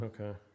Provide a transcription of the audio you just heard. Okay